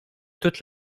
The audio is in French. toute